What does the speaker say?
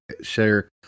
share